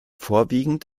vorwiegend